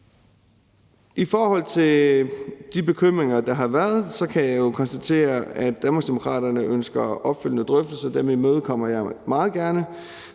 I forhold til de bekymringer, der har været, kan jeg jo konstatere, at Danmarksdemokraterne ønsker opfølgende drøftelser. Dem imødekommer jeg meget gerne.